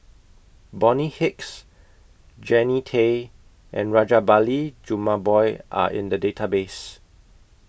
Bonny Hicks Jannie Tay and Rajabali Jumabhoy Are in The Database